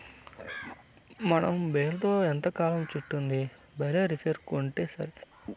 మనం బేల్తో ఎంతకాలం చుట్టిద్ది బేలే రేపర్ కొంటాసరి